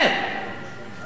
אז זה משהו אחר.